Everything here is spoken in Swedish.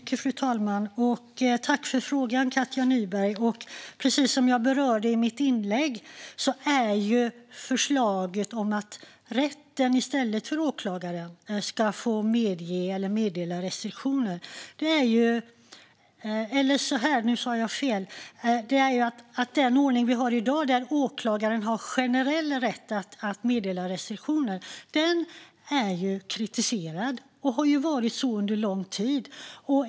Fru talman! Jag tackar Katja Nyberg för frågan. Precis som jag berörde i mitt inlägg är den ordning som vi har i dag, där åklagaren har generell rätt att meddela restriktioner, kritiserad och har varit det under lång tid.